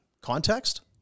context